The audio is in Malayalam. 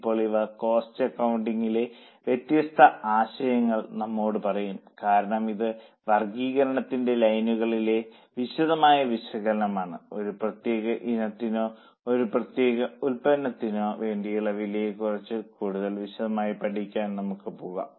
ഇപ്പോൾ ഇവ കോസ്റ്റ് അക്കൌണ്ടിംഗിലെ വ്യത്യസ്ത അധ്യായങ്ങൾ നമ്മോട് പറയും കാരണം ഇത് വർഗ്ഗീകരണത്തിന്റെ ലൈനുകളിലെ വിശദമായ വിശകലനമാണ് ഒരു പ്രത്യേക ഇനത്തിനോ ഒരു പ്രത്യേക ഉൽപ്പന്നത്തിനോ വേണ്ടിയുള്ള വിലയെക്കുറിച്ച് കൂടുതൽ വിശദമായി പഠിക്കാൻ നമുക്ക് പോകാം